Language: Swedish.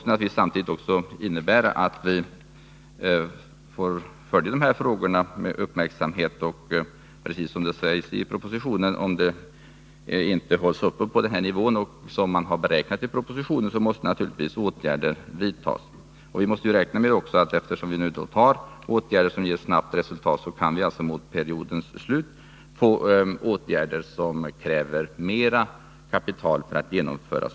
Men det innebär naturligtvis också att vi måste följa de här frågorna med uppmärksamhet. Och om sparmålet inte kan uppfyllas enligt de beräkningar som gjorts i propositionen måste naturligtvis åtgärder vidtas. Vi måste också räkna med, att när vi nu vidtar åtgärder som ger snabbt resultat, kan det mot periodens slut behöva vidtas åtgärder som kräver mera kapital för sitt genomförande.